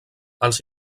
els